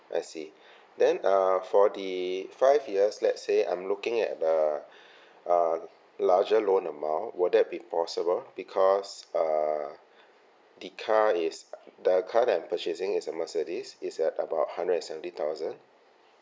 I see then uh for the five years let's say I'm looking at a uh larger loan amount will that be possible because err the car is the car that I'm purchasing is a mercedes it's uh about hundred and seventy thousand